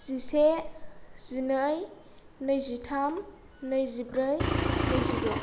जिसे जिनै नैजिथाम नैजिब्रै नैजिद'